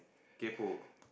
kaypoh